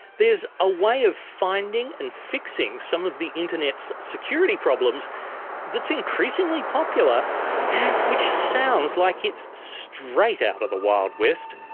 there's a way of finding and fixing some of the internet's security problems that's increasingly popular and which sounds like it's straight out the wild west,